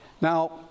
Now